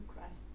Christ